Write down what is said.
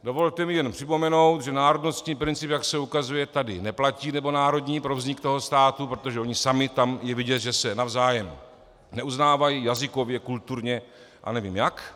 Dovolte mi jen připomenout, že národnostní princip, jak se ukazuje, tady neplatí, nebo národní, pro vznik toho státu, protože oni sami, tam je vidět, že se navzájem neuznávají jazykově, kulturně a nevím jak.